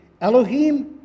Elohim